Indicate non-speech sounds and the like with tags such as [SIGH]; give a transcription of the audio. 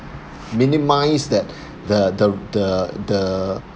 minimise that [BREATH] the the the the